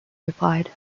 replied